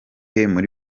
muri